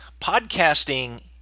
podcasting